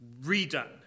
redone